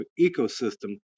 ecosystem